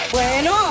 Bueno